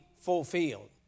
fulfilled